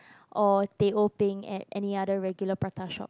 or teh O peng at any other regular prata shop